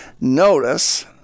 Notice